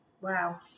Wow